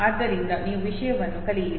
ಆದ್ದರಿಂದ ನೀವು ವಿಷಯವನ್ನು ಕಲಿಯಿರಿ